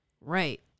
Right